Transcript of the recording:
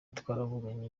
twaravuganye